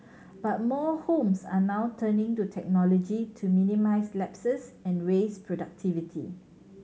but more homes are now turning to technology to minimise lapses and raise productivity